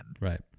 Right